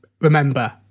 remember